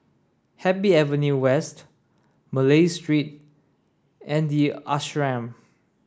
Happy Avenue West Malay Street and The Ashram